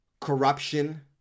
corruption